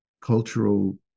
cultural